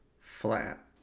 flat